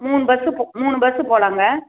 மூணு பஸ்ஸு ப்போ மூணு பஸ்ஸு போகலாங்க